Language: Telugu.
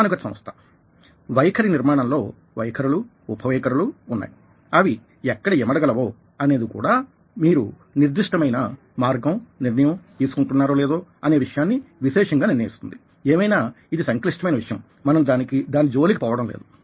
క్రమానుగత సంస్థవైఖరి నిర్మాణం లో వైఖరులు ఉప వైఖరులు ఉన్నాయి అవి ఎక్కడ ఇమడ గలవో అనేది కూడా మీరు నిర్దిష్టమైన మార్గం నిర్ణయం తీసుకుంటున్నారో లేదో అనే విషయాన్ని విశేషంగా నిర్ణయిస్తుంది ఏమైనా ఇది సంక్లిష్టమైన విషయం మనం దాని జోలికి పోవడం లేదు